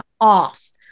off